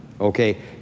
okay